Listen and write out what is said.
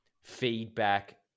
feedback